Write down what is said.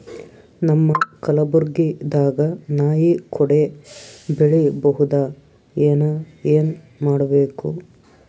ನಮ್ಮ ಕಲಬುರ್ಗಿ ದಾಗ ನಾಯಿ ಕೊಡೆ ಬೆಳಿ ಬಹುದಾ, ಏನ ಏನ್ ಮಾಡಬೇಕು?